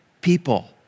people